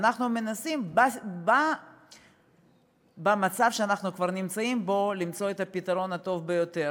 ואנחנו מנסים במצב שאנחנו כבר נמצאים בו למצוא את הפתרון הטוב ביותר.